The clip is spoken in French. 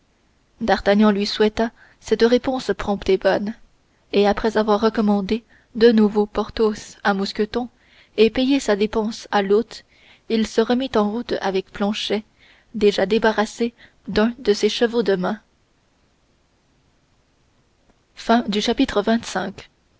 d'artagnan lui souhaita cette réponse prompte et bonne et après avoir recommandé de nouveau porthos à mousqueton et payé sa dépense à l'hôte il se remit en route avec planchet déjà débarrassé d'un de ses chevaux de main